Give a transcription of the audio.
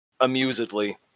Amusedly